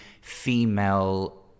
female